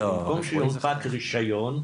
שבמקום שיונפק רישיון,